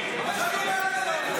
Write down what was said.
מה זה הדבר הזה?